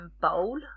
bowl